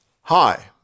Hi